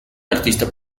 artista